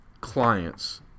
clients